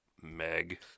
Meg